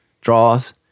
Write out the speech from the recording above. draws